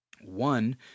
one